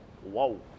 Whoa